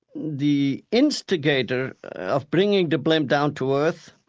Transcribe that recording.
the instigator of bringing the plan down to earth